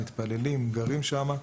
מתפללים וגרים שם.